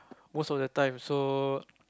most of the time so